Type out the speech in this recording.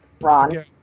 Ron